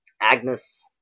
Agnes